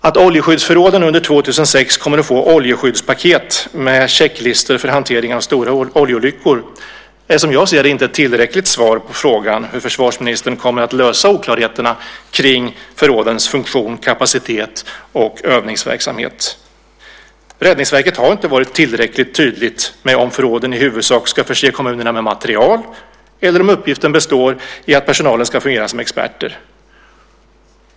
Att oljeskyddsförråden under 2006 kommer att få oljeskyddspaket med checklistor för hantering av stora oljeolyckor är som jag ser det inte ett tillräckligt svar på frågan hur försvarsministern kommer att lösa oklarheterna kring förrådens funktion, kapacitet och övningsverksamhet. Räddningsverket har inte varit tillräckligt tydligt med om förråden i huvudsak ska förse kommunerna med material eller om uppgiften består i att personalen ska fungera som experter.